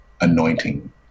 anointing